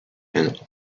and